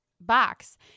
box